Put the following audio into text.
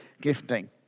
gifting